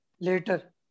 later